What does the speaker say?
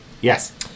Yes